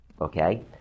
Okay